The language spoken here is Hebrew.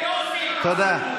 תודה.